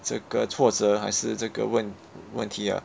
这个挫折还是这个问问题的